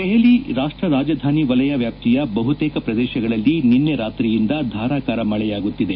ದೆಹಲಿ ರಾಷ್ಟ ರಾಜಧಾನಿ ವಲಯ ವ್ಯಾಪ್ತಿಯ ಬಹುತೇಕ ಪ್ರದೇಶಗಳಲ್ಲಿ ನಿನ್ನೆ ರಾತ್ರಿಯಿಂದ ಧಾರಾಕಾರವಾಗಿ ಮಳೆಯಾಗುತ್ತಿದೆ